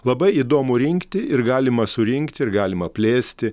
labai įdomu rinkti ir galima surinkti ir galima plėsti